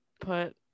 put